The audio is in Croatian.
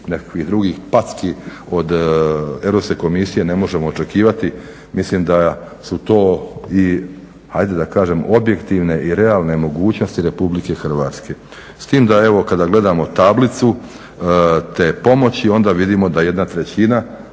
nekakvih drugih packi od Europske komisije ne možemo očekivati. Mislim da su to i hajde da kažem objektivne i realne mogućnosti RH. S tim da evo kada gledamo tablicu te pomoći onda vidimo da jedna trećina